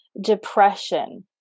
depression